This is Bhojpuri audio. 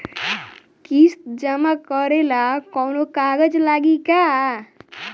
किस्त जमा करे ला कौनो कागज लागी का?